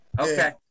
Okay